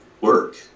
work